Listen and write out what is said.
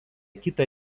kitą